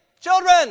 children